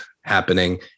happening